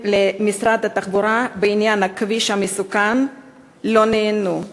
למשרד התחבורה בעניין הכביש המסוכן לא נענו.